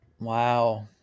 Wow